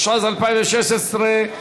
התשע"ז 2016,